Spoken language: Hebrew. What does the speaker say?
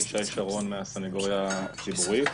אני מן הסנגוריה הציבורית.